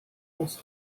aus